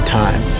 time